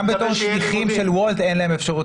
גם בתור שליחים של "וולט" אין להם אפשרות